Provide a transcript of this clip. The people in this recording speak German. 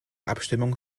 abstimmung